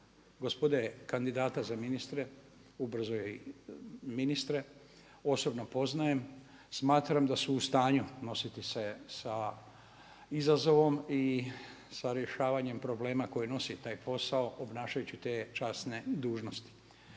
gospode kandidata za ministre ubrzo i ministre osobno poznajem, smatram da su u stanju nositi se sa izazovom i sa rješavanjem problema koji nosi taj posao obnašajući te časne dužnosti.